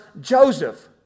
Joseph